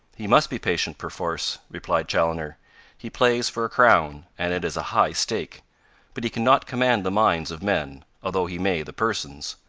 he must be patient, perforce, replied chaloner he plays for a crown, and it is a high stake but he can not command the minds of men, although he may the persons.